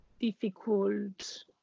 difficult